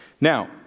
Now